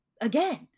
again